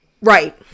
Right